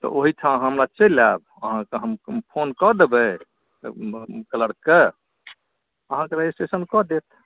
तऽ ओहिठाम अहाँ चलि आएब अहाँसँ हम फोन कऽ देबै कलर्कके अहाँके रजिस्ट्रेशन कऽ देत